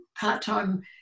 part-time